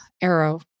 Arrow